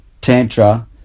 Tantra